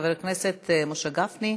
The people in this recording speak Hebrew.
חבר הכנסת משה גפני,